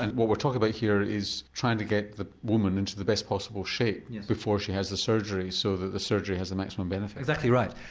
and what we're talking about here is trying to get the woman into the best possible shape before she has the surgery, so that the surgery has a maximum benefit. exactly right.